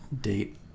date